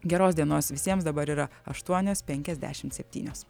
geros dienos visiems dabar yra aštuonios penkiasdešimt septynios